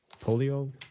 Polio